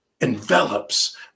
envelops